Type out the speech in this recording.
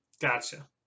Gotcha